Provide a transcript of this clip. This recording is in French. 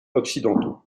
occidentaux